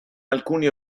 alcuni